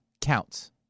counts